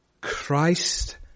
Christ